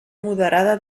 moderada